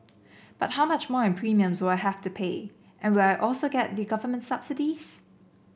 but how much more in premiums will I have to pay and will I also get the government subsidies